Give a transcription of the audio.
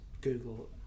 Google